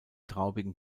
traubigen